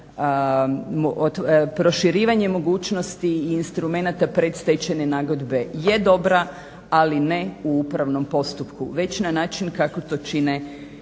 proširivanje mogućnosti instrumenata predstečajne nagodbe je dobra ali ne u upravnom postupku već na način kako to čine i druge